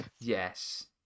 Yes